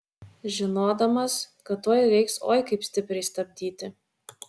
žinodamas kad tuoj reiks oi kaip stipriai stabdyti